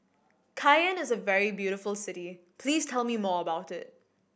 Cayenne is a very beautiful city please tell me more about it